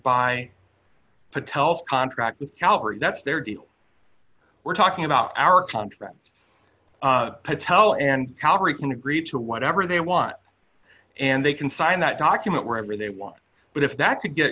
by patel's contract with calgary that's their deal we're talking about our contract patel and calgary can agree to whatever they want and they can sign that document wherever they want but if that could get